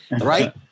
right